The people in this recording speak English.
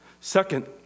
Second